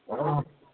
औ